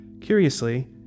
Curiously